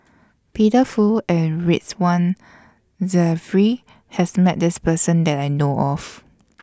Peter Fu and Ridzwan Dzafir has Met This Person that I know of